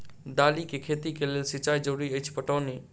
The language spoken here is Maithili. दालि केँ खेती केँ लेल सिंचाई जरूरी अछि पटौनी?